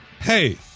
hey